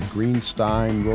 Greenstein